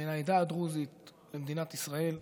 בין העדה הדרוזית למדינת ישראל,